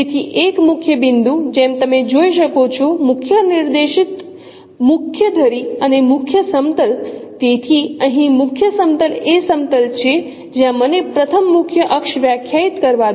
તેથી એક મુખ્ય બિંદુ જેમ તમે જોઈ શકો છો મુખ્ય નિર્દેશિક મુખ્ય ધરી અને મુખ્ય સમતલ તેથી અહીં મુખ્ય સમતલ એ સમતલ છે જ્યાં મને પ્રથમ મુખ્ય અક્ષ વ્યાખ્યાયિત કરવા દો